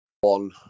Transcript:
one